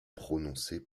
prononcé